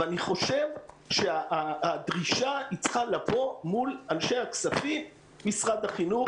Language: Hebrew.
ואני חושב שהדרישה צריכה לבוא מול אנשי הכספים במשרד החינוך.